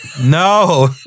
No